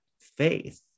faith